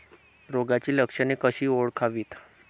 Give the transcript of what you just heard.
रोगाची लक्षणे कशी ओळखावीत?